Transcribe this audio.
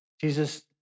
Jesus